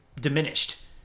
diminished